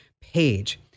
page